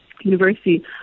university